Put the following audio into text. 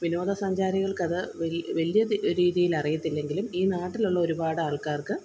വിനോദസഞ്ചാരികള്ക്ക് അത് വലിയ രീതിയില് അറിയത്തില്ലെങ്കിലും ഈ നാട്ടിലുള്ള ഒരുപാട് ആള്ക്കാര്ക്ക്